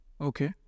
Okay